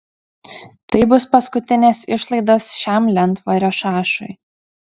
tai bus paskutinės išlaidos šiam lentvario šašui